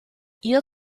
ihr